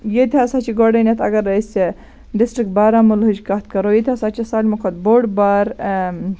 ییٚتہِ ہَسا چھِ گۄڈٕنیٚتھ اَگَر أسۍ ڈِسٹرک بارہمُلہٕچ کتھ کَرو ییٚتہِ ہَسا چھ سٲلمو کھۄتہٕ بوٚڑ بار